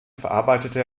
verarbeitete